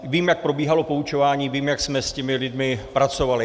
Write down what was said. Vím, jak probíhalo poučování, vím, jak jsme s těmi lidmi pracovali.